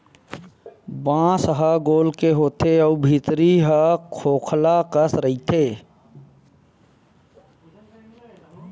बांस ह गोल के होथे अउ भीतरी ह खोखला कस रहिथे